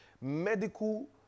medical